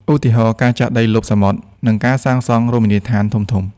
ឧទាហរណ៍ ការចាក់ដីលុបសមុទ្រ និងការសាងសង់រមណីយដ្ឋានធំៗ។